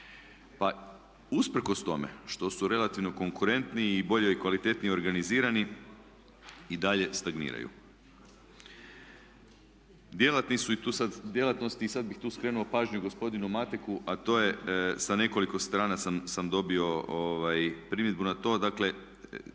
Pa usprkos tome što su relativno konkurentniji i bolje i kvalitetnije organizirani i dalje stagniraju. Djelatni su i tu sad, djelatnosti i sad bih tu skrenuo pažnju gospodinu Mateku, a to je sa nekoliko strana sam dobio primjedbu na to. Dakle,